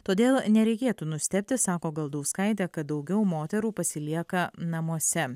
todėl nereikėtų nustebti sako galdauskaitė kad daugiau moterų pasilieka namuose